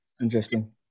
interesting